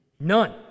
None